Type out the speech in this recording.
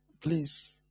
Please